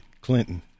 Clinton